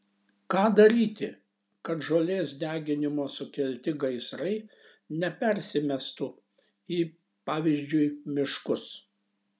ką daryti kad žolės deginimo sukelti gaisrai nepersimestų į pavyzdžiui miškus